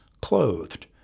clothed